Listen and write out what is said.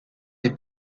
des